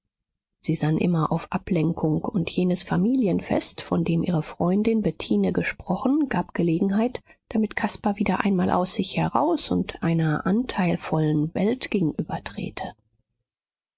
sie sann immer auf ablenkung und jenes familienfest von dem ihre freundin bettine gesprochen gab gelegenheit damit caspar wieder einmal aus sich heraus und einer anteilvollen welt gegenübertrete